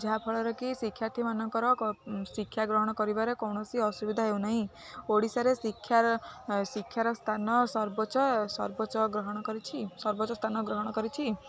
ଯାହାଫଳରେ କି ଶିକ୍ଷାର୍ଥୀମାନାନଙ୍କର ଶିକ୍ଷା ଗ୍ରହଣ କରିବାରେ କୌଣସି ଅସୁବିଧା ହେଉନାହିଁ ଓଡ଼ିଶାରେ ଶିକ୍ଷାର ଶିକ୍ଷାର ସ୍ଥାନ ସର୍ବୋଚ୍ଚ ସର୍ବୋଚ୍ଚ ଗ୍ରହଣ କରିଛି ସର୍ବୋଚ୍ଚ ସ୍ଥାନ ଗ୍ରହଣ କରିଛି